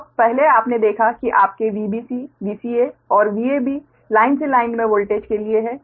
तो पहले आपने देखा है कि आपके VbcVca और Vab लाइन से लाइन में वोल्टेज के लिए है